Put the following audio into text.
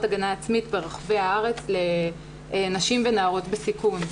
הגנה עצמית ברחבי הארץ לנשים ונערות בסיכון.